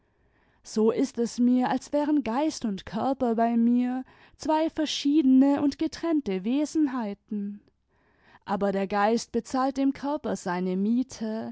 so ist es mir als wären geist und körper bei mir zwei verschiedene und getrennte wesenheiten aber der geist bezahlt dem körper seine miete